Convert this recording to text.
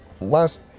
last